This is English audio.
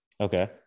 Okay